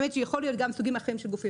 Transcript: האמת שיכול להיות גם סוגים אחרים של גופים